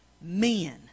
men